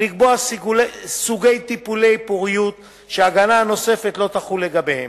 לקבוע סוגי טיפולי פוריות שההגנה הנוספת לא תחול לגביהם.